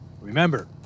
Remember